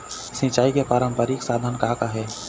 सिचाई के पारंपरिक साधन का का हे?